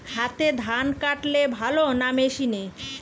হাতে ধান কাটলে ভালো না মেশিনে?